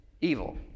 evil